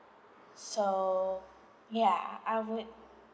so ya I would